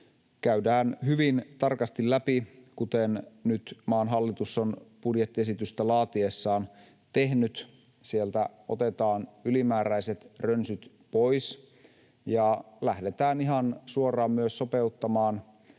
käydään hyvin tarkasti läpi, kuten nyt maan hallitus on budjettiesitystä laatiessaan tehnyt. Sieltä otetaan ylimääräiset rönsyt pois, ja lähdetään ihan suoraan myös sopeuttamaan